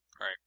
Right